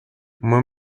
uma